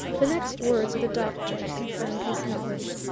the next words of the doctor confirmed his knowledge.